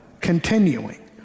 continuing